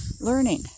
learning